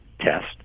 test